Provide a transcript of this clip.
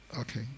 Okay